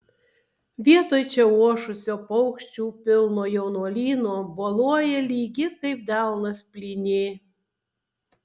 vietoj čia ošusio paukščių pilno jaunuolyno boluoja lygi kaip delnas plynė